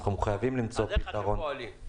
אנחנו מחויבים למצוא פתרון.